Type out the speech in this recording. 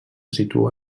situa